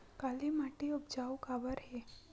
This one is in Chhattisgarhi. काला माटी उपजाऊ काबर हे?